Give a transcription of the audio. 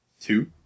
Two